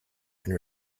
and